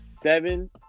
seven